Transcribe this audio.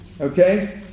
Okay